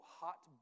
hot